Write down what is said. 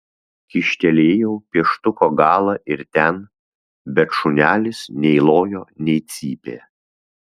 kyštelėjau pieštuko galą ir ten bet šunelis nei lojo nei cypė